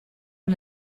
and